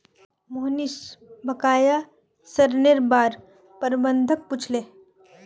मोहनीश बकाया ऋनेर बार प्रबंधक पूछले